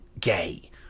gay